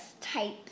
type